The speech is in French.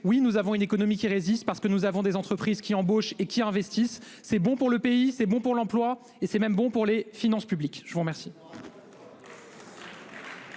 oui, nous avons une économie qui résiste parce que nous avons des entreprises qui embauchent et qui investissent, c'est bon pour le pays, c'est bon pour l'emploi et c'est même bon pour les finances publiques. Je vous remercie.